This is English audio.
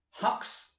Hux